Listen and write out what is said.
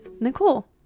nicole